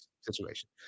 situation